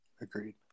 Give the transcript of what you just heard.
agreed